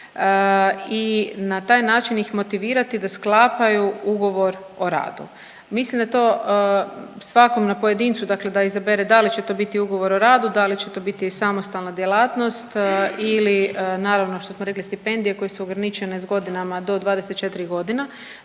i na taj način ih motivirati da sklapaju ugovor o radu. Mislim da je to svakom na pojedincu dakle da izabere da li će to biti ugovor o radu, da li će to biti samostalna djelatnost ili naravno što smo rekli stipendije koje su ograničene s godinama, do 24.g..